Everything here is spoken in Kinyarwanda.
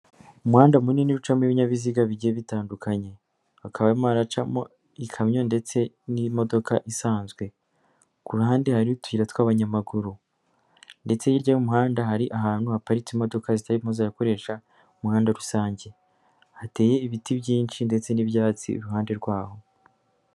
Umuhanda munini ucamo ibinyabiziga bigiye bitandukanye, hakaba harimo haracamo ikamyo ndetse n'imodoka isanzwe ku ruhande, hari utuyira tw'abanyamaguru ndetse hirya y'umuhanda hari ahantu haparitse imodoka zitarimo zakoresha umuhanda rusange, hateye ibiti byinshi ndetse n'ibyatsi iruhande rwaho.